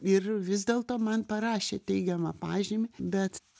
ir vis dėlto man parašė teigiamą pažymį bet